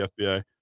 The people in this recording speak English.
FBI